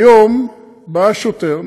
היום בא שוטר,